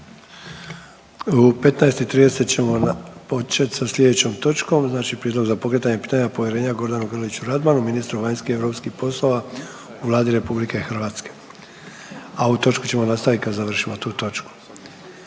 U 15 i 30 ćemo početi sa slijedećom točkom znači Prijedlog za pokretanje pitanja povjerenja Gordanu Grliću Radmanu, ministru vanjskih i europskih poslova u Vladi RH, a ovu točku ćemo nastavit kad završimo tu točku.